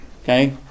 Okay